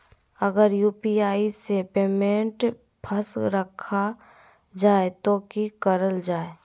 अगर यू.पी.आई से पेमेंट फस रखा जाए तो की करल जाए?